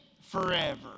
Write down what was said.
forever